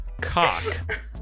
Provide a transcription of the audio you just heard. cock